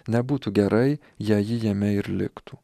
nebūtų gerai jei ji jame ir liktų